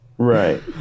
Right